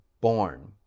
born